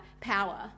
power